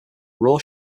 raw